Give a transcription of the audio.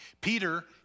Peter